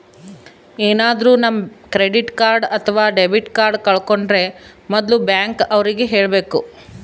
ಏನಾದ್ರೂ ನಮ್ credit card ಅಥವಾ ಡೆಬಿಟ್ ಕಾರ್ಡ್ ಕಳ್ಕೊಂಡ್ರೆ ಮೊದ್ಲು ಬ್ಯಾಂಕ್ ಅವ್ರಿಗೆ ಹೇಳ್ಬೇಕು